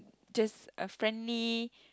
just a friendly